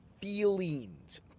feelings